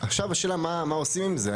עכשיו השאלה מה עושים עם זה?